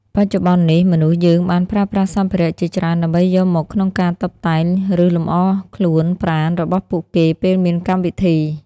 បច្ចុប្បន្ននេះមនុស្សយើងបានប្រើប្រាស់សម្ភារៈជាច្រើនដើម្បីយកមកក្នុងការតុបតែងឬលំអរខ្លួនប្រាណរបស់ពួកគេពេលមានកម្មវិធី។